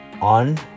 on